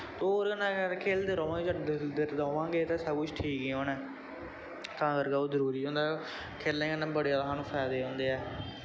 ओह्दै कन्नैं खेलदे रवां गे चलदे रवां गे ते सब किश ठीक गै होनां ऐ तां करके ओह् जरूरी होंदा ऐ खेलनें कन्नैं साह्नूं बड़े जैदा फायदे होंदे ऐं